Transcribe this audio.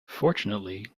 fortunately